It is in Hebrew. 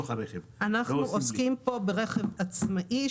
אנחנו עוסקים פה ברכב עצמאי,